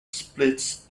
splits